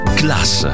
class